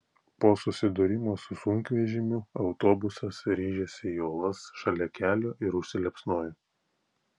po susidūrimo su sunkvežimiu autobusas rėžėsi į uolas šalia kelio ir užsiliepsnojo